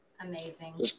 amazing